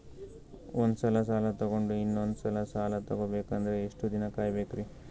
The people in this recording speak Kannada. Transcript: ಒಂದ್ಸಲ ಸಾಲ ತಗೊಂಡು ಇನ್ನೊಂದ್ ಸಲ ಸಾಲ ತಗೊಬೇಕಂದ್ರೆ ಎಷ್ಟ್ ದಿನ ಕಾಯ್ಬೇಕ್ರಿ?